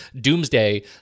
Doomsday